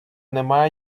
нема